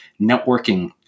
networking